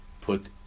put